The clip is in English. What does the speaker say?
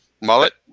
Mullet